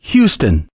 Houston